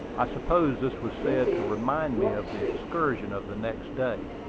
i supposed this was said to remind me of the excursion of the next day,